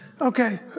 okay